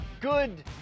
good